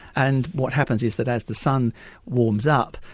and what happens is that as the sun warms up,